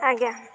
ଆଜ୍ଞା